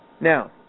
Now